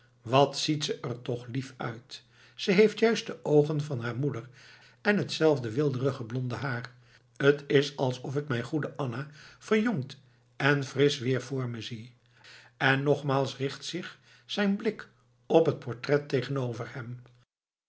wat ziet ze er toch lief uit ze heeft juist de oogen van haar moeder en hetzelfde weelderige blonde haar t is alsof ik mijn goede anna verjongd en frisch weer voor me zie en nogmaals richt zich zijn blik op het portret tegenover hem